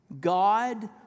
God